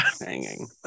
hanging